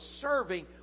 serving